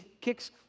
kicks